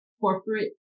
corporate